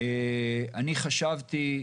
אני חשבתי,